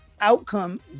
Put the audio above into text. outcome